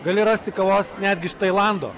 gali rasti kavos netgi iš tailando